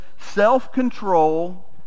self-control